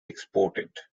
exported